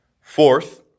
Fourth